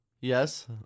Yes